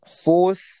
Fourth